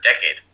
decade